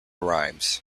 rhymes